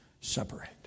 separate